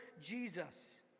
Jesus